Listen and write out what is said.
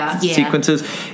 sequences